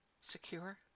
Secure